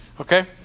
Okay